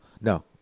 No